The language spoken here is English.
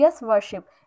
worship